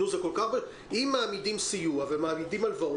אם מעמידים סיוע ומעמידים הלוואות